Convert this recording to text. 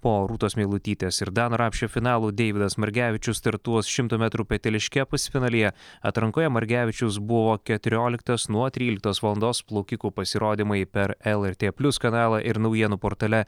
po rūtos meilutytės ir dano rapšio finalų deividas margevičius startuos šimto metrų peteliške pusfinalyje atrankoje margevičius buvo keturioliktas nuo tryliktos valandos plaukikų pasirodymai per lrt plius kanalą ir naujienų portale